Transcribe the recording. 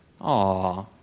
aw